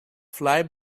fly